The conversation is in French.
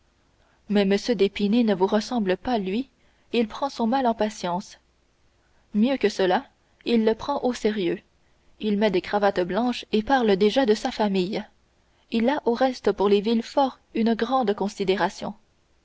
m d'épinay ne vous ressemble pas lui il prend son mal en patience mieux que cela il le prend au sérieux il met des cravates blanches et parle déjà de sa famille il a au reste pour les villefort une grande considération